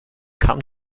come